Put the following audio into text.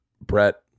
Brett